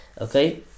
Okay